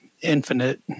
infinite